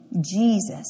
Jesus